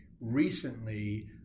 recently